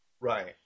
right